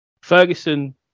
Ferguson